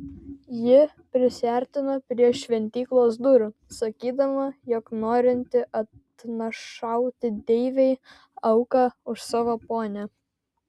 ji prisiartino prie šventyklos durų sakydama jog norinti atnašauti deivei auką už savo ponią